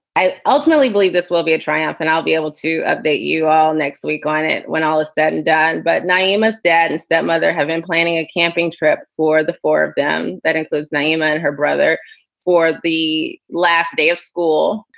i ultimately believe this will be a triumph and i'll be able to update you all next week on it. when all is said and done. but namus, dad and stepmother have been planning a camping trip for the four of them. that includes nyima and her brother for the last day of school.